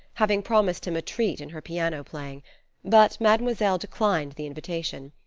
having promised him a treat in her piano playing but mademoiselle declined the invitation.